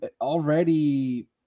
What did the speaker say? already